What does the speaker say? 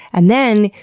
and then,